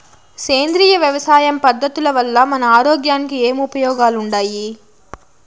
సేంద్రియ వ్యవసాయం పద్ధతుల వల్ల మన ఆరోగ్యానికి ఏమి ఉపయోగాలు వుండాయి?